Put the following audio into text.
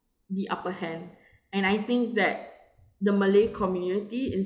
the upper hand and I think that the malay community in sing~